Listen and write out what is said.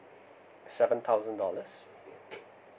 seven thousand dollars